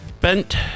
Bent